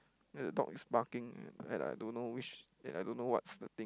then the dog is barking at like don't know which and I don't know what's the thing